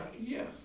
Yes